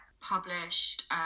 published